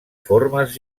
formes